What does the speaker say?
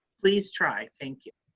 please try, thank you.